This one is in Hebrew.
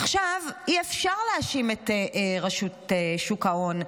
עכשיו, אי-אפשר להאשים את רשות שוק ההון.